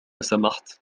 سمحت